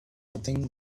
nothing